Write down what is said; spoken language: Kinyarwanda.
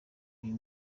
uyu